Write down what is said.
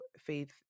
faith